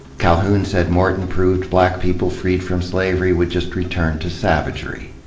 calhoun said morton proved black people freed from slavery would just return to savagery.